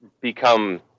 become